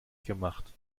gemacht